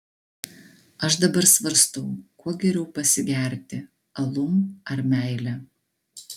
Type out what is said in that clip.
aš dabar svarstau kuo geriau pasigerti alum ar meile